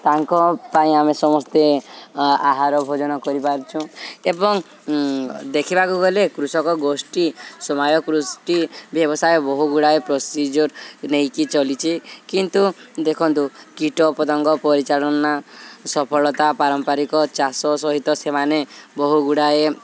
ତାଙ୍କ ପାଇଁ ଆମେ ସମସ୍ତେ ଆହାର ଭୋଜନ କରିପାରୁଛୁଁ ଏବଂ ଦେଖିବାକୁ ଗଲେ କୃଷକ ଗୋଷ୍ଠୀ ସମୟ କୃଷ୍ଟି ବ୍ୟବସାୟ ବହୁ ଗୁଡ଼ାଏ ପ୍ରୋସିଜିଓର୍ ନେଇକି ଚାଲିଛି କିନ୍ତୁ ଦେଖନ୍ତୁ କୀଟପତଙ୍ଗ ପରିଚାଳନା ସଫଳତା ପାରମ୍ପାରିକ ଚାଷ ସହିତ ସେମାନେ ବହୁ ଗୁଡ଼ାଏ